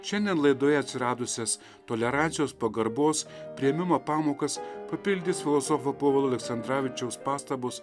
šiandien laidoje atsiradusias tolerancijos pagarbos priėmimo pamokas papildys filosofo povilo aleksandravičiaus pastabos